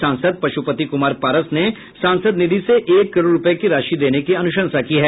सांसद पशुपति कुमार पारस ने सांसद निधि से एक करोड़ रूपये की राशि देने की अनुशंसा की है